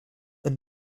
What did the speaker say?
and